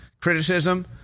criticism